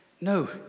No